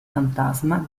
fantasma